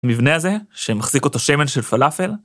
מבנה הזה שמחזיק אותו שמן של פלאפל?